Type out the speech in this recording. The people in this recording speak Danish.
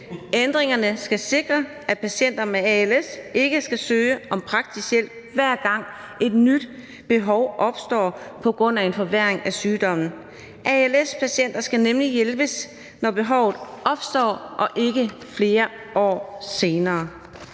Ændringerne skal sikre, at patienter med als ikke skal søge om praktisk hjælp, hver gang et nyt behov opstår på grund af en forværring af sygdommen. Als-patienter skal nemlig hjælpes, når behovet opstår og ikke flere år senere.